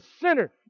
sinner